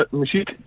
muziek